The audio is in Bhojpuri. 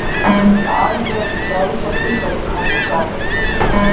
धान के सिंचाई जल्दी करे खातिर का करी?